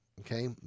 okay